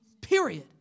period